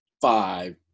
five